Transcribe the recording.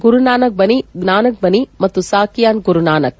ಗುರುನಾನಕ್ ಬನಿ ನಾನಕ್ ಬನಿ ಮತ್ತು ಸಾಕಿಯಾನ್ ಗುರುನಾನಕ್